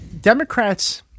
Democrats –